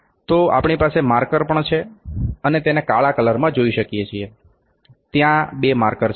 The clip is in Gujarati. તો આપણી પાસે માર્કર પણ છે આપણે તેને કાળા કલરમાં જોઈ શકીએ છીએ તેમાં બે માર્કર છે